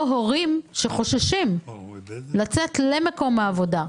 השלישית, הורים שחוששים לצאת למקום העבודה.